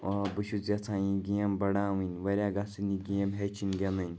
آ بہٕ چھُس یَژھان یہِ گیم بَڑاوٕنۍ واریاہ گژھن یہِ گیم ہیچھِنۍ گِنٛدٕنۍ